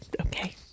okay